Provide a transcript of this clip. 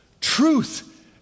Truth